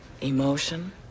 emotion